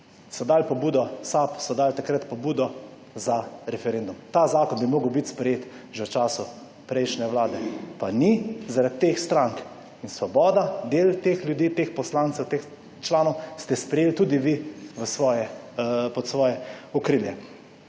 vem kdo še, SAB so dali pobudo za referendum. Ta zakon bi moral biti sprejet že v času prejšnje vlade, pa ni zaradi teh strank. In Svoboda, del teh ljudi, teh poslancev, teh članov ste sprejeli tudi pod svoje okrilje.